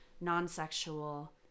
non-sexual